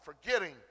forgetting